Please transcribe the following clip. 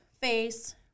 face